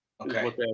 Okay